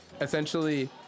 essentially